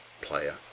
player